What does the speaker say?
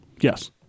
Yes